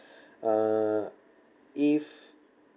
uh if